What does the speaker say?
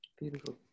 beautiful